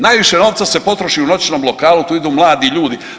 Najviše novca se potroši u noćnom lokalu, tu idu mladi ljudi.